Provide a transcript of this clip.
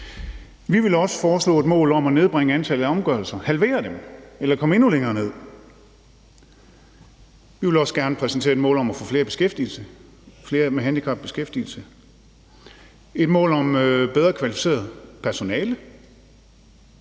Vi vil også foreslå et mål om at nedbringe antallet af omgørelser og halvere dem eller komme endnu længere ned. Vi vil også gerne præsentere et mål om at få flere med handicap i beskæftigelse, og et mål om bedre kvalificeret personale.